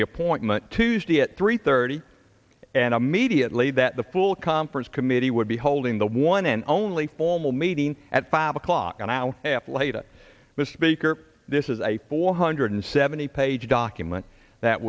the appointment tuesday at three thirty and i immediately that the full conference committee would be holding the one and only formal meeting at five o'clock and i f later mr baker this is a four hundred seventy page document that